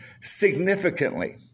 significantly